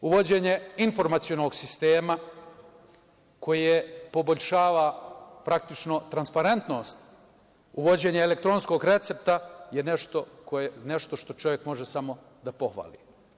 Uvođenje informacionog sistema koje poboljšava, praktično transparentnost uvođenje elektronskog recepta je nešto što čovek može samo da pohvali.